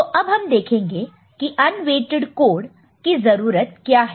तो अब हम देखेंगे की अन्वेट्इड कोड की जरूरत क्या है